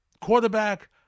quarterback